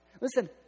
Listen